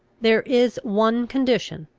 there is one condition,